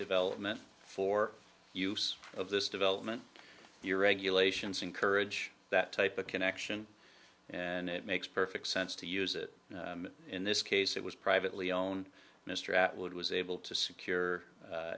development for use of this development regulations encourage that type of connection and it makes perfect sense to use it in this case it was privately owned mr atwood was able to